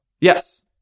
Yes